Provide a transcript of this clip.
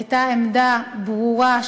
הייתה עמדה ברורה,